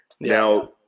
Now